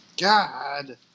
God